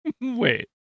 Wait